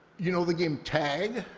you know the game tag?